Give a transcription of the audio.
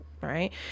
Right